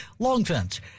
Longfence